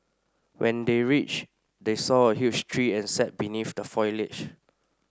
when they reached they saw a huge tree and sat beneath the foliage